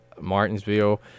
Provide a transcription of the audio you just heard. Martinsville